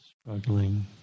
struggling